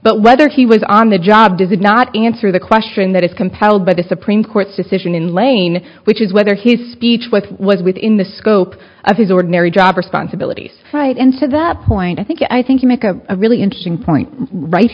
but whether he was on the job does not answer the question that is compiled by the supreme court's decision in lane which is whether his speech what was within the scope of his ordinary job responsibilities right in to that point i think i think you make a really interesting point right